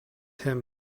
him